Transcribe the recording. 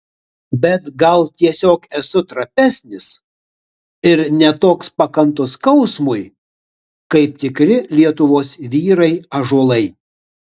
bet gal tiesiog esu trapesnis ir ne toks pakantus skausmui kaip tikri lietuvos vyrai ąžuolai